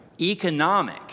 economic